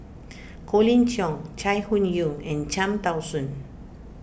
Colin Cheong Chai Hon Yoong and Cham Tao Soon